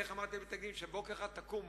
איך אמרתי למתנגדים, כשבוקר אחד תקומו,